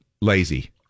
lazy